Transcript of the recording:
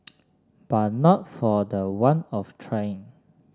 but not for the want of trying